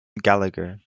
gallagher